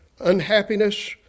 unhappiness